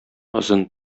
озын